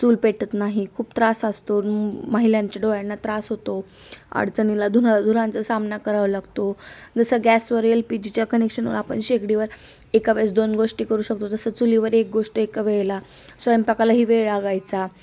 चूल पेटत नाही खूप त्रास असतो महिलांच्या डोळ्यांना त्रास होतो अडचणीला धुरा धुरांचां सामना करावां लागतो जसं गॅसवर एल पी जी च्या कनेक्शनवर आपण शेगडीवर एका वेळेस दोन गोष्टी करू शकतो जसं चुलीवर एक गोष्ट एका वेळेला स्वयंपाकालाही वेळ लागायचा